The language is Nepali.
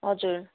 हजुर